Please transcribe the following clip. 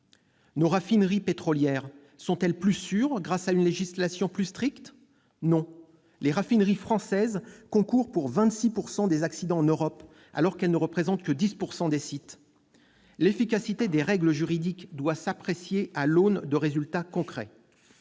Nos raffineries pétrolières sont-elles plus sûres grâce à une législation plus stricte ? Non : les raffineries françaises concourent pour 26 % des accidents en Europe alors qu'elles ne représentent que 10 % des sites. L'efficacité des règles juridiques doit s'apprécier à l'aune de résultats concrets.